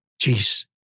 jeez